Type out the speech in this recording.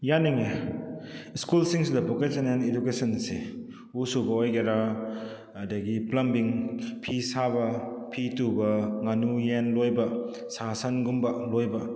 ꯌꯥꯅꯤꯡꯉꯦ ꯁ꯭ꯀꯨꯜꯁꯤꯡꯁꯤꯗ ꯕꯣꯀꯦꯁꯟꯅꯦꯜ ꯏꯗꯨꯀꯦꯁꯟꯁꯦ ꯎ ꯁꯨꯕ ꯑꯣꯏꯒꯦꯔꯥ ꯑꯗꯒꯤ ꯄ꯭ꯂꯝꯕꯤꯡ ꯐꯤ ꯁꯥꯕ ꯐꯤ ꯇꯨꯕ ꯉꯥꯅꯨ ꯌꯦꯟ ꯂꯣꯏꯕ ꯁꯥ ꯁꯟꯒꯨꯝꯕ ꯂꯣꯏꯕ